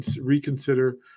reconsider